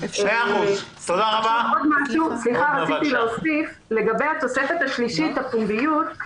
עוד משהו לגבי התוספת השלישית, הפומביות,